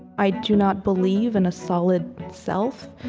i do not believe in a solid self,